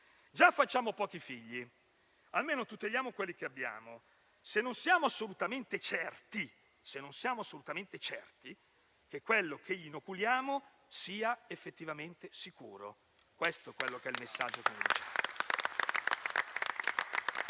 Già facciamo pochi figli; almeno tuteliamo quelli che abbiamo, se non siamo assolutamente certi che ciò che inoculiamo sia effettivamente sicuro. Questo è il messaggio.